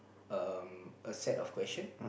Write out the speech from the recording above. um a set of question